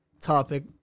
topic